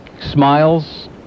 smiles